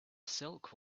silk